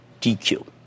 DQ